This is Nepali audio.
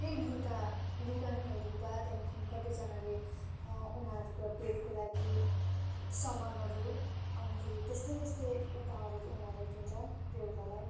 त्यही लुगा लुगा नै हो लुगा त्यहाँदेखिन् कतिजनाले उनीहरूको बेडको लागि सामानहरू अनिखेरि त्यस्तै त्यस्तै उपहारहरू उनीहरूलाई दिन्छ बेहुलालाई